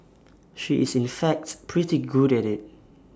she is in fact pretty good at IT